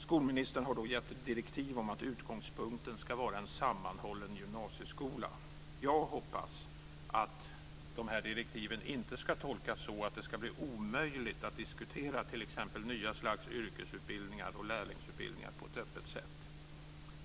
Skolministern har gett direktiv om att utgångspunkten ska vara en sammanhållen gymnasieskola. Jag hoppas att de här direktiven inte ska tolkas så att det ska bli omöjligt att diskutera t.ex. nya slags yrkesutbildningar och lärlingsutbildningar på ett öppet sätt.